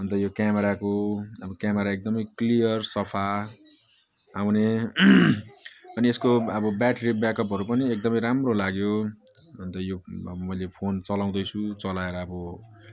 यो क्यामराको अब क्यामरा एकदमै क्लियर सफा आउने अनि यसको अब ब्याट्री ब्याकअपहरू पनि एकदमै राम्रो लाग्यो अन्त यो मैले अब फोन चलाउँदैछु चलाएर अब